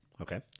Okay